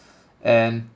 and